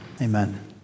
Amen